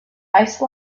ice